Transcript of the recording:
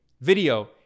Video